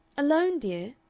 alone, dear?